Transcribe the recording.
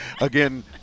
Again